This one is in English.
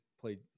played